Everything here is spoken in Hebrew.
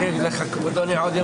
הישיבה ננעלה בשעה 14:00.